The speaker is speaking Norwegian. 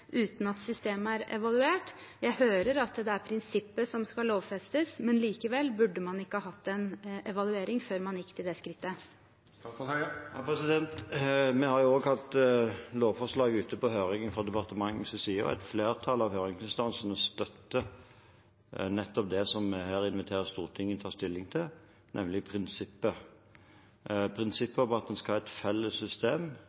uten at systemet er evaluert? Jeg hører at det er prinsippet som skal lovfestes, men likevel, burde man ikke hatt en evaluering før man gikk til det skrittet? Vi har også hatt lovforslag ute på høring fra departementets side, og et flertall av høringsinstansene støtter nettopp det som vi her inviterer Stortinget til å ta stilling til, nemlig prinsippet